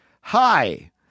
hi